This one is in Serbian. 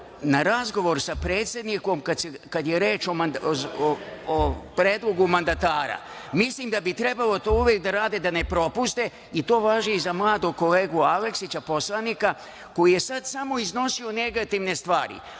na razgovor sa predsednikom kad je reč o predlogu mandatara. Mislim da bi trebalo to uvek da rade, da ne propuste, a to važi i za mladog kolegu Aleksića, poslanika, koji je sad samo iznosio negativne stvari.